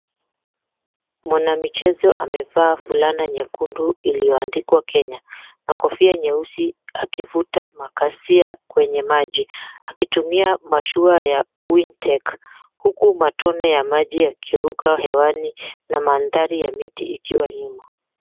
Mwanamchezo amevaa fulana nyekundu ili𝑦𝑜andikwa Kenya, na kofia nyeusi akivuta makasia kwenya maji akitumia mashua ya windtake, huku matone ya maji yakiruka hewani na madhari ya miti 𝑖kiwa nyuma.